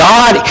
God